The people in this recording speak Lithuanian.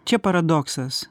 čia paradoksas